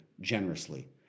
generously